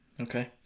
Okay